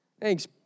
Thanks